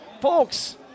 Folks